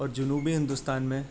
اور جنوبی ہندوستان میں